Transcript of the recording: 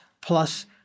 plus